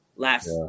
Last